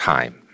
Time